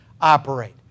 operate